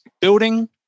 building